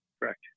Correct